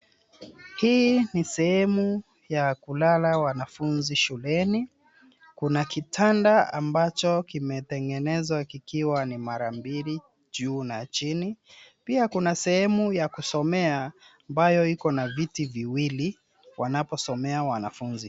Hii ni sehemu ya kulala wanafunzi shuleni. Kuna kitanda ambacho kimetengenezwa kikiwa ni mara mbili juu na chini. Pia kuna sehemu ya kusomea ambayo iko na viti viwili wanaposomea wanafunzi.